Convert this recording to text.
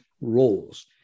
roles